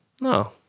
No